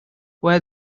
where